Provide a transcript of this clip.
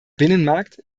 binnenmarkt